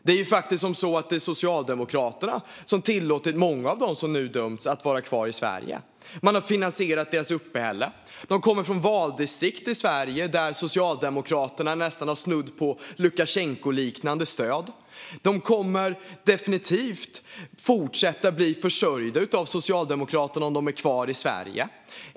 Det är faktiskt som så att det är Socialdemokraterna som tillåtit många av dem som nu dömts att vara kvar i Sverige. Man har finansierat deras uppehälle. De kommer från valdistrikt i Sverige där Socialdemokraterna har snudd på Lukasjenkoliknande stöd. De kommer definitivt att fortsätta bli försörjda av Socialdemokraterna om de är kvar i Sverige.